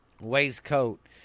waistcoat